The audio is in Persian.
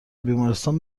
بیمارستان